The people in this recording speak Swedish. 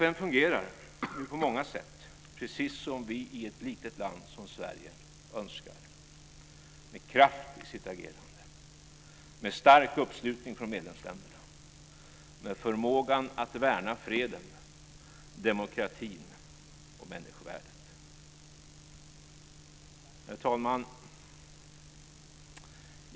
FN fungerar på många sätt precis som vi i ett litet land som Sverige önskar: med kraft i sitt agerande, med stark uppslutning från medlemsländerna och med förmåga att värna freden, demokratin och människovärdet. Herr talman!